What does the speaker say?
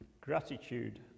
Gratitude